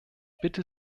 bitte